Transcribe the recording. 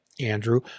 Andrew